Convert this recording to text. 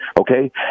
okay